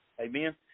Amen